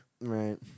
Right